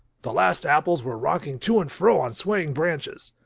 the last apples were rocking to-and-fro on swaying branches.